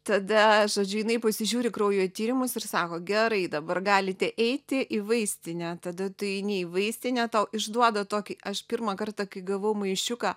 tada žodžiu jinai pasižiūri kraujo tyrimus ir sako gerai dabar galite eiti į vaistinę tada tu eini į vaistinę tau išduoda tokį aš pirmą kartą kai gavau maišiuką